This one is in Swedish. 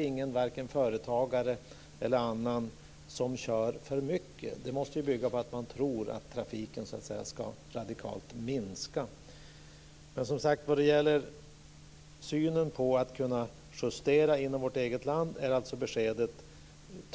Ingen, vare sig företagare eller några andra, kör för mycket, så det här måste bygga på att man tror att trafiken radikalt ska minska. När det gäller synen på möjligheterna att justera i vårt eget land är tydligen beskedet